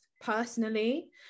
personally